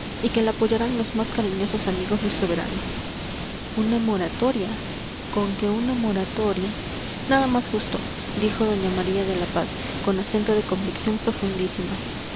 y que la apoyarán los más cariñosos amigos del soberano una moratoria conque una moratoria nada más justo dijo doña maría de la paz con acento de convicción profundísima